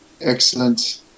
Excellent